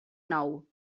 nou